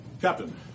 Captain